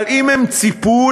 אבל אם הם ציפו